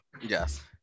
Yes